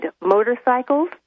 motorcycles